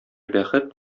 бәхет